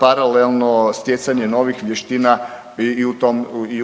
paralelno stjecanje novih vještina i